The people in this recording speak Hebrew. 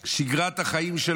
שגרת החיים שלהם,